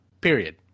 period